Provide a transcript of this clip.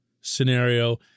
scenario